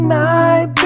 night